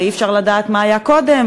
ואי-אפשר לדעת מה היה קודם,